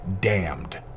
damned